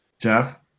Jeff